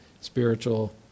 spiritual